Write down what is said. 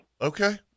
okay